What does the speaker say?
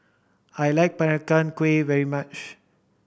I like Peranakan Kueh very much